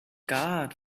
god